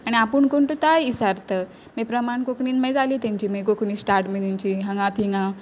आनी आपूण कोण तो तेंय इसारत मागीर प्रमाण कोंकणीन मागीर जाली तेंची मागीर कोंकणी स्टार्ट बी तेंची हांगा थिंगां